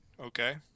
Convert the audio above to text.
Okay